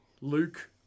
Luke